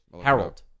Harold